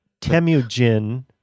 Temujin